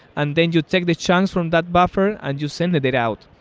and then you take the chunks from that buffer and you send the data out.